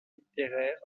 littéraire